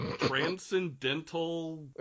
transcendental